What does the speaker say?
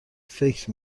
فکر